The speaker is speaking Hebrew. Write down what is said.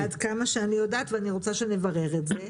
עד כמה שאני יודעת, ואני רוצה שנברר את זה.